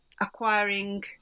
acquiring